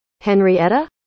Henrietta